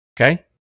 okay